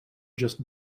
just